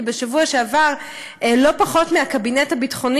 כי בשבוע שעבר לא פחות מהקבינט הביטחוני